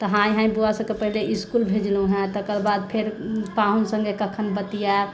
तऽ हाँय हाँय पहिल बौआ सभके पहिले इसकुल भेजलहुॅं तकर बाद फेर पाहुन सङ्गे कखन बतियाब